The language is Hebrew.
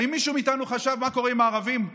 האם מישהו מאיתנו חשב מה קורה עם הערבים?